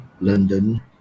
London